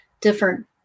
different